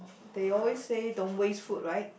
they always say don't waste food right